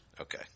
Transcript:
Okay